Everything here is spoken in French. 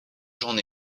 j’en